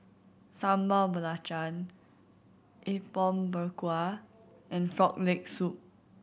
Sambal Belacan Apom Berkuah and Frog Leg Soup